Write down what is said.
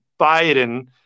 Biden